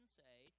say